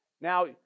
Now